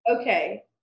Okay